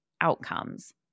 outcomes